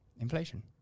Inflation